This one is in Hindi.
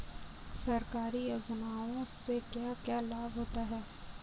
सरकारी योजनाओं से क्या क्या लाभ होता है?